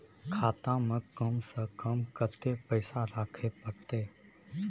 खाता में कम से कम कत्ते पैसा रखे परतै?